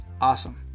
awesome